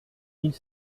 mille